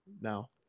now